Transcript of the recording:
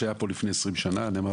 עשו את נושא היטל ההטמנה